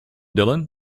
dylan